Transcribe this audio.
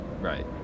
Right